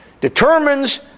determines